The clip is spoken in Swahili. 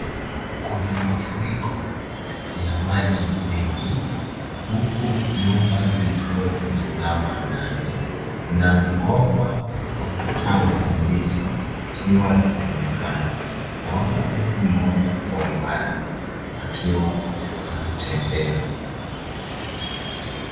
Kuna mafuriko ya maji mengi huku nyumba zikiwa zimezama ndani na mgomba wa matawi ya ndizi ikiwa yameonekana. Naona mtu mmoja kwa umbali akiwa anatembea.